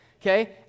Okay